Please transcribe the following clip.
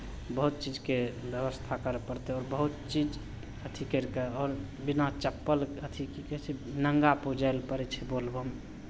बहुत चीजके व्यवस्था करय पड़तै आओर बहुत चीज अथी करि कऽ आओर बिना चप्पल अथी की कहै छै नंगा पुजाय लेल पड़ै छै बोलबम